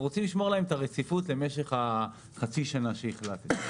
רוצים לשמור להם את הרציפות למשך חצי השנה עליה החלטתם.